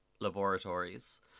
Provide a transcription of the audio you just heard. Laboratories